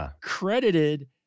credited